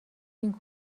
این